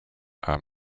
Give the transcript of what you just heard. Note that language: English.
are